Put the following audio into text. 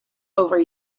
over